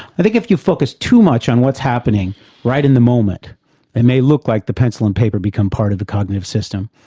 i think if you focus too much on what's happening right in the moment it may look like the pencil and paper become part of the cognitive system,